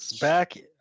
back